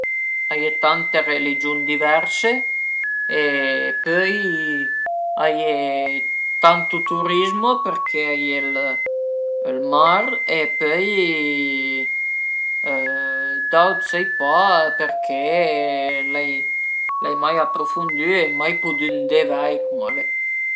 Mi ades parlu ël piemuntes përché al e ën dialetto dë belesì ëndua chë stun mi e cuindi a m'pias parlelu përché tante persun-e a lu parlu pa pi, ma tante persun-e a lu parlu ancura, però vöi manten-i la tradisiun e cuindi vöi pa ch'a s'perda